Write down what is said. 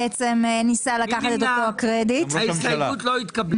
הצבעה ההסתייגות לא נתקבלה ההסתייגות לא התקבלה.